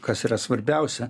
kas yra svarbiausia